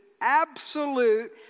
absolute